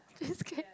cheesecake